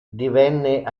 divenne